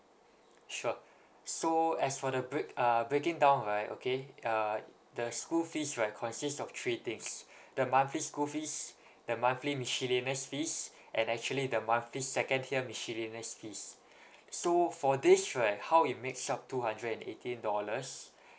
sure so as for the break uh breaking down right okay uh the school fees right consist of three things the monthly school fees the monthly miscellaneous fees and actually the monthly second tier miscellaneous fee so for this right how it makes up two hundred and eighteen dollars